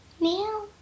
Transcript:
Meow